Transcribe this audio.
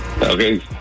Okay